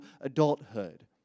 adulthood